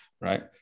Right